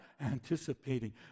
anticipating